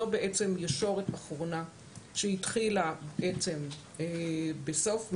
זו בעצם ישורת אחורה שהתחילה בסוף מרץ,